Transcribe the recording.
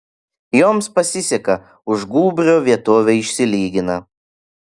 joms pasiseka už gūbrio vietovė išsilygina